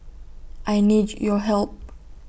I need your help